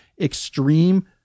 extreme